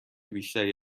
بیشتری